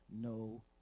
no